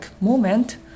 moment